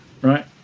right